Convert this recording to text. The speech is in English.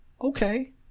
okay